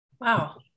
Wow